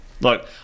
Look